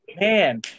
man